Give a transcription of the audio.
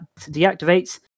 deactivates